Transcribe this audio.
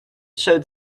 showed